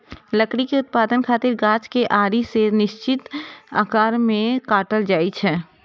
लकड़ी के उत्पादन खातिर गाछ कें आरी सं निश्चित आकार मे काटल जाइ छै